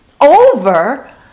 over